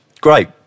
Great